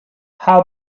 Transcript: how